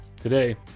Today